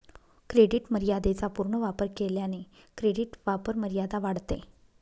credit मर्यादेचा पूर्ण वापर केल्याने क्रेडिट वापरमर्यादा वाढते